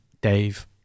Dave